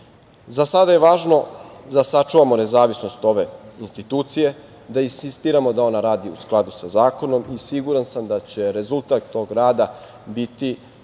sada je važno da sačuvamo nezavisnost ove institucije, da insistiramo da ona radi u skladu sa zakonom i siguran sam da će rezultat tog rada biti